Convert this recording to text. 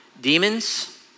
demons